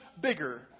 bigger